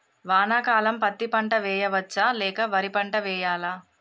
వానాకాలం పత్తి పంట వేయవచ్చ లేక వరి పంట వేయాలా?